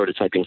prototyping